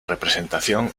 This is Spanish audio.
representación